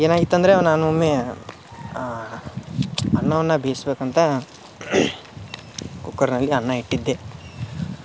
ಏನಾಗಿತ್ತಂದರೆ ನಾನೊಮ್ಮೆ ಅನ್ನವನ್ನು ಬೇಯ್ಸಬೇಕಂತ ಕುಕ್ಕರ್ನಲ್ಲಿ ಅನ್ನ ಇಟ್ಟಿದ್ದೆ